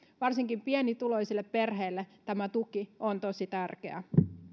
varsinkin pienituloisille perheille tämä tuki on tosi tärkeä